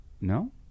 No